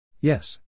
yes